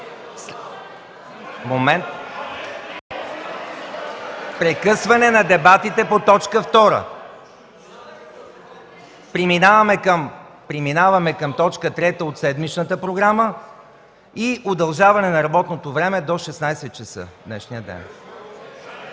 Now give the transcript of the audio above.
Прекъсване на дебатите по точка 2, преминаване към точка 3 от седмичната програма и удължаване на работното време до 16,00 ч. в днешния ден.